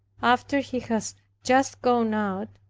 after he was just gone out,